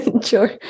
Sure